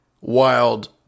wild